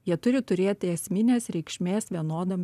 jie turi turėti esminės reikšmės vienodam